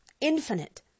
infinite